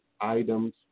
items